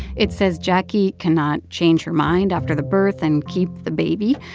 it says jacquie cannot change her mind after the birth and keep the baby.